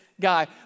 guy